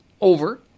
over